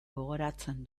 gogoratzen